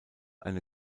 eine